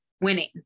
winning